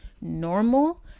normal